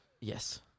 Yes